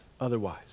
otherwise